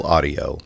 Audio